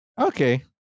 Okay